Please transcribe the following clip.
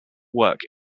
work